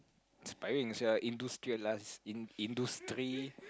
inspiring sia industriali~ industry